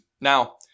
Now